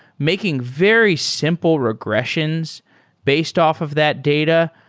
making very simple regressions based off of that data.